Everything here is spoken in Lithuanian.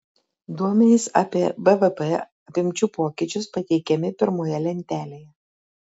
duomenys apie bvp apimčių pokyčius pateikiami pirmoje lentelėje